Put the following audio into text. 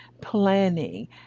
planning